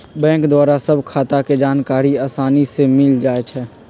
bank द्वारा सभ खता के जानकारी असानी से मिल जाइ छइ